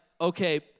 okay